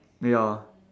ya